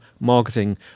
Marketing